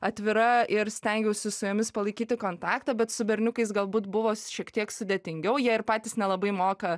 atvira ir stengiausi su jomis palaikyti kontaktą bet su berniukais galbūt buvo šiek tiek sudėtingiau jie ir patys nelabai moka